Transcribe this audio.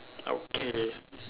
okay